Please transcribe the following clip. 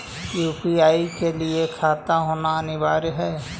UPI के लिए खाता होना अनिवार्य है?